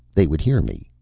they would hear me,